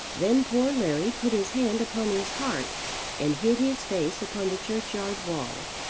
then poor larry put his hand upon his heart and hid his face upon the churchyard wall.